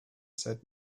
said